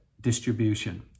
distribution